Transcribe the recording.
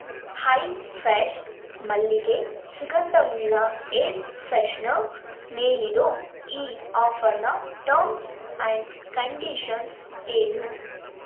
high Fresh ಮಲ್ಲಿಗೆ ಸುಗಂಧವುಳ್ಳ air freshener ಮೇಲಿರೋ ಈ ಆಫರ್ನ ಟರ್ಮ್ಸ್ ಆ್ಯಂಡ್ ಕಂಡೀಷನ್ಸ್ ಏನು